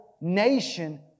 nation